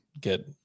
get